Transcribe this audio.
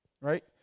right